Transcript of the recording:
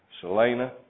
Selena